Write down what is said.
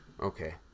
Okay